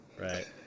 Right